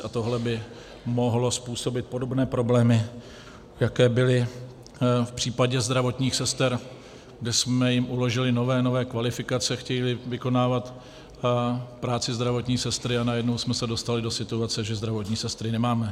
A tohle by mohlo způsobit podobné problémy, jaké byly v případě zdravotních sester, kdy jsme jim uložili nové a nové kvalifikace, chtějíli vykonávat práci zdravotní sestry, a najednou jsme se dostali do situace, že zdravotní sestry nemáme.